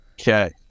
okay